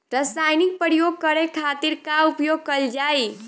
रसायनिक प्रयोग करे खातिर का उपयोग कईल जाइ?